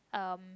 um